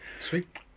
sweet